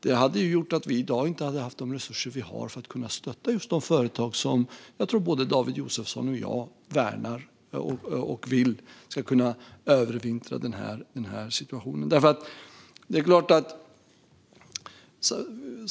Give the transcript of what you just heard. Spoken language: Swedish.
Det skulle ha lett till att vi i dag inte hade haft de resurser vi har för att kunna stötta just de företag som jag tror att både David Josefsson och jag värnar och vill ska kunna övervintra situationen.